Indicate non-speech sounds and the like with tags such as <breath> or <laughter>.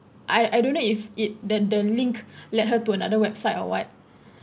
I I don't know if it the the link <breath> led her to another website or what